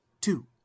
two